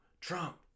Trump